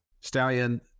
Stallion